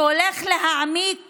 שהולך להעמיק